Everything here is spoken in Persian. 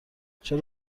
چرا